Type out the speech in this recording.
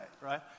right